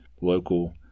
local